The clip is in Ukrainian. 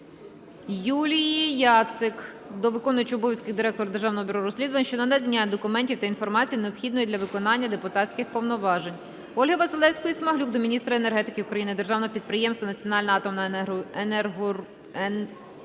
Юлії Яцик до виконувача обов'язків Директора Державного бюро розслідувань щодо надання документів та інформації, необхідної для виконання депутатських повноважень. Ольги Василевської-Смаглюк до міністра енергетики України, державного підприємства "Національна атомна енергогенеруюча